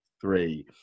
three